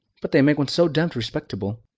but they make one so demmed respectable.